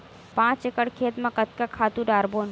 पांच एकड़ खेत म कतका खातु डारबोन?